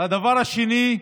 הדבר השני,